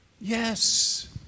yes